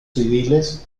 civiles